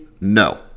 No